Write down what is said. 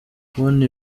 kubona